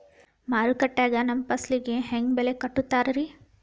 ಮಾರುಕಟ್ಟೆ ಗ ನಮ್ಮ ಫಸಲಿಗೆ ಹೆಂಗ್ ಬೆಲೆ ಕಟ್ಟುತ್ತಾರ ರಿ?